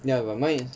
ya but mine is